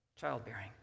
Childbearing